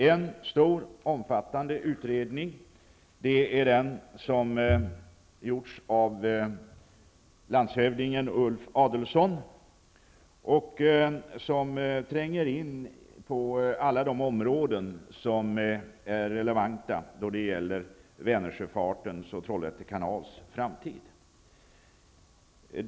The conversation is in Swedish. En stor och omfattande utredning som har gjorts av landshövdingen Ulf Adelsohn tränger in på alla de områden som är relevanta då det gäller Vänersjöfartens och Trollehätte kanals framtid.